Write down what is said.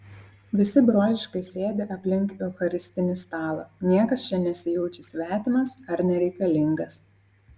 visi broliškai sėdi aplink eucharistinį stalą niekas čia nesijaučia svetimas ar nereikalingas